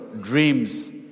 dreams